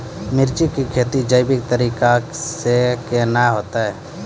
मिर्ची की खेती जैविक तरीका से के ना होते?